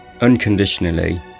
unconditionally